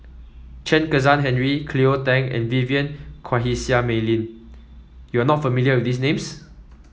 Chen Kezhan Henri Cleo Thang and Vivien Quahe Seah Mei Lin you are not familiar with these names